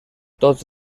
tots